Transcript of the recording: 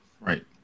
Right